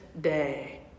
day